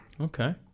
Okay